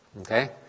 okay